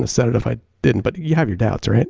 ah said it if i didn't but you have your doubts, right?